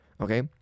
okay